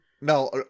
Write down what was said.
No